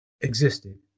existed